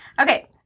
Okay